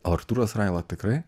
artūras raila tikrai